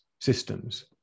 systems